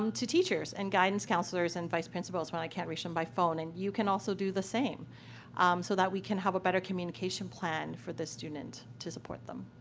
um to teachers and guidance counsellors and vice principals when i can't reach them by phone. and you can also do the same so that we can have a better communication plan for the student to support them.